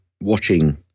watching